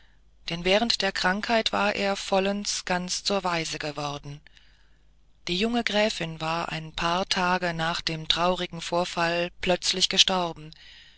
denn während der krankheit war er vollends ganz zur waise geworden die junge gräfin war ein paar tage nach dem traurigen vorfall plötzlich gestorben